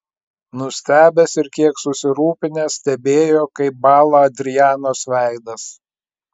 nustebęs ir kiek susirūpinęs stebėjo kaip bąla adrianos veidas